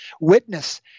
Witness